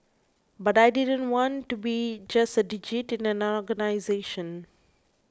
but I didn't want to be just a digit in an organisation